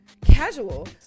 casual